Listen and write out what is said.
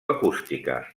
acústica